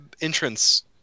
entrance